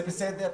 וזה בסדר,